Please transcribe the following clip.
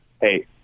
hey